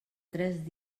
tres